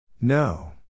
No